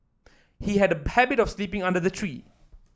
he had a habit of sleeping under the tree